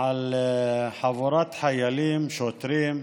על חבורת חיילים שוטרים,